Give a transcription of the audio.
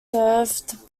served